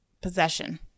possession